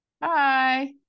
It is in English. Bye